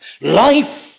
Life